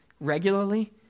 regularly